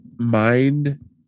Mind